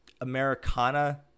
Americana